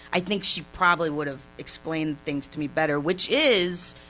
i think she probably would have explained things to me better, which is